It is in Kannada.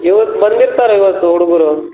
ಇವತ್ತು ಬಂದಿರ್ತಾರೆ ಇವತ್ತು ಹುಡುಗರು